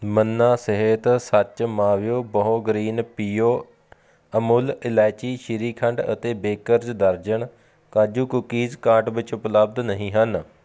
ਮੰਨਾ ਸਿਹਤ ਸਚ ਮਾਵਿਉ ਬਹੁ ਗ੍ਰੀਨ ਪੀਓ ਅਮੂਲ ਇਲਾਇਚੀ ਸ਼੍ਰੀਖੰਡ ਅਤੇ ਬੇਕਰਜ਼ ਦਰਜਨ ਕਾਜੂ ਕੂਕੀਜ਼ ਕਾਰਟ ਵਿੱਚ ਉਪਲੱਬਧ ਨਹੀਂ ਹਨ